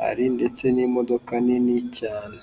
hari ndetse n'imodoka nini cyane.